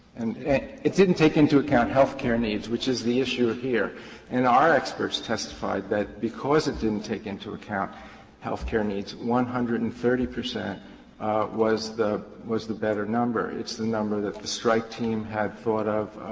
and it it didn't take into account healthcare needs, which is the issue here and our experts testified that because it didn't take into account healthcare needs, one hundred and thirty percent was the was the better number. it's the number that the strike team had thought of,